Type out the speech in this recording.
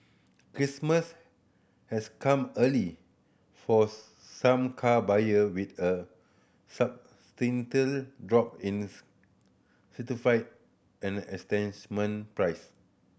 Christmas has come early for some car buyer with a substantial drop in certify and entitlement price